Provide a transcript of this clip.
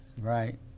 Right